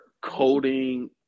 coding